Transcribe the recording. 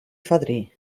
fadrí